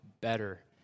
better